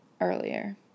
earlier